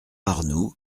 arnoult